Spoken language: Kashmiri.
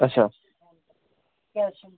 اچھا